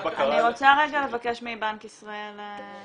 אני רוצה רגע לבקש מבנק ישראל.